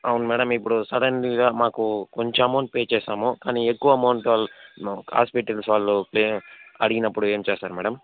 అవును మేడం ఇప్పుడు సడెన్గా మాకు కొంచెం అమౌంట్ పే చేసాము కానీ ఎక్కువ అమౌంట్ ఆల్ హాస్పిటల్స్ వాళ్ళు పె అడిగినప్పుడు ఏం చేస్తారు మేడం